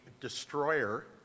destroyer